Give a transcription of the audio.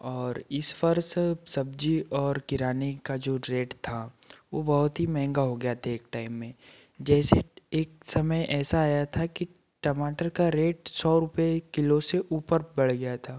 और इस वर्ष सब्जी और किराने का जो रेट था वो बहुत ही महँगा हो गया था एक टाइम में जैसे एक समय ऐसा आया था कि टमाटर का रेट सौ रुपए किलो से ऊपर पड़ गया था